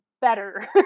better